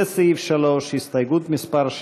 של קבוצת סיעת יש